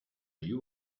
you